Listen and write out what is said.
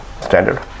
standard